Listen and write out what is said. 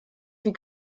wie